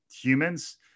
humans